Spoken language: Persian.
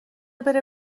بره